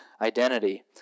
identity